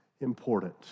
important